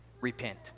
Repent